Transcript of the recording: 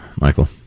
Michael